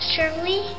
Surely